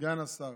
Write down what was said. סגן השר,